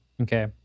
Okay